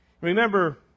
Remember